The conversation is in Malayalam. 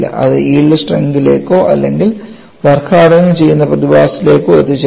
അത് യിൽഡ് സ്ട്രെങ്ത് ലേക്കോ അല്ലെങ്കിൽ വർക്ക് ഹാർഡനിങ് ചെയ്യുന്ന പ്രതിഭാസങ്ങളിലേക്കോ എത്തിച്ചേരണം